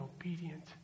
obedient